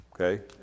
okay